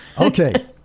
Okay